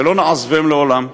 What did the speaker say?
ולא נעזבם לעולם.